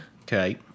Okay